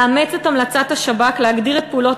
לאמץ את המלצת השב"כ להגדיר את פעולות